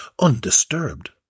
undisturbed